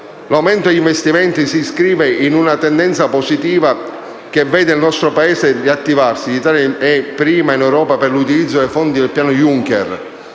L'aumento degli investimenti si inscrive in una tendenza positiva che vede il nostro Paese riattivarsi: l'Italia è prima in Europa per l'utilizzo dei fondi del piano Juncker,